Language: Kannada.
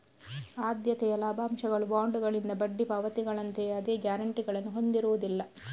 ಆದ್ಯತೆಯ ಲಾಭಾಂಶಗಳು ಬಾಂಡುಗಳಿಂದ ಬಡ್ಡಿ ಪಾವತಿಗಳಂತೆಯೇ ಅದೇ ಗ್ಯಾರಂಟಿಗಳನ್ನು ಹೊಂದಿರುವುದಿಲ್ಲ